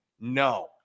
No